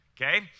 okay